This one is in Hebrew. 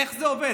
איך זה עובד?